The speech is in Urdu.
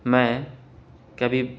میں کبھی